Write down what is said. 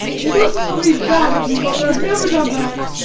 you mustn't believe that of me, mother! i've never done that.